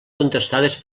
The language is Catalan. contestades